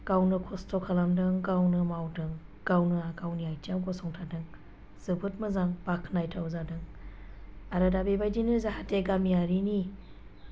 गावनो खस्थ' खालामदों गावनो मावदों गावनो गावनि आथिङाव गसंथादों जोबोद मोजां बाखनायथाव जादों आरो दा बेबायदिनो जाहाथे गामियारिनि